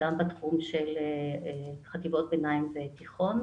גם בתחום של חטיבות ביניים ותיכון.